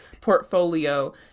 portfolio